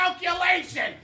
calculation